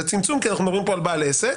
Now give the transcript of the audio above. זה צמצום כי אנחנו מדברים כאן על בעל עסק.